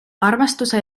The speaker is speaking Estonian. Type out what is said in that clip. armastuse